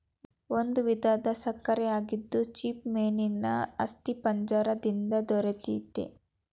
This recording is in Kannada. ಒಂದು ವಿಧದ ಸಕ್ಕರೆ ಆಗಿದ್ದು ಚಿಪ್ಪುಮೇನೇನ ಅಸ್ಥಿಪಂಜರ ದಿಂದ ದೊರಿತೆತಿ